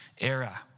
era